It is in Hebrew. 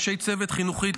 אנשי צוות חינוכי,